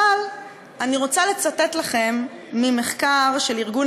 אבל אני רוצה לצטט לכם ממחקר של ארגון